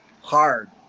hard